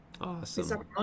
Awesome